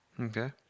Okay